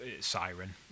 Siren